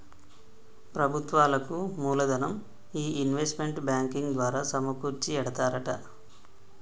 ప్రభుత్వాలకు మూలదనం ఈ ఇన్వెస్ట్మెంట్ బ్యాంకింగ్ ద్వారా సమకూర్చి ఎడతారట